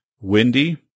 windy